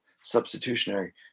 substitutionary